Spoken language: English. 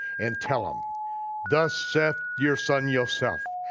and tell him thus saith your son yoseph,